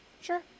sure